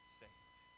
saved